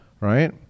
Right